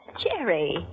Jerry